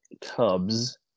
Cubs